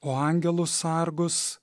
o angelus sargus